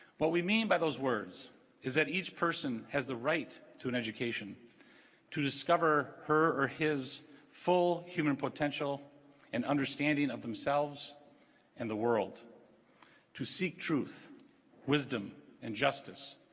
what we mean by those words is that each person has the right to an education to discover her or his full human potential and understanding of themselves and the world to seek truth wisdom and justice